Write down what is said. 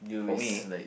for me